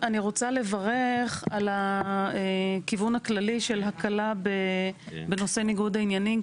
אני רוצה לברך על הכיוון הכללי של הקלה בנושא ניגוד העניינים,